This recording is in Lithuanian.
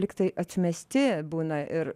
lygtai atsimesti būna ir